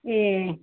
ए